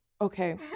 Okay